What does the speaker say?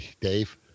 dave